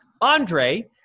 Andre